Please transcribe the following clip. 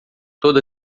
toda